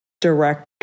direct